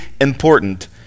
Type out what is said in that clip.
important